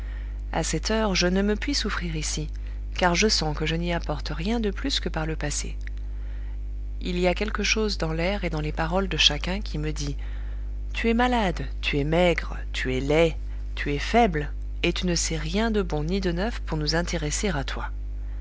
à cette heure je ne me puis souffrir ici car je sens que je n'y apporte rien de plus que par le passé il a quelque chose dans l'air et dans les paroles de chacun qui me dit tu es malade tu es maigre tu es laid tu es faible et tu ne sais rien de bon ni de neuf pour nous intéresser à toi